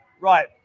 right